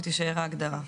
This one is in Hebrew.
ותישאר ההגדרה.